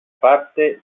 parte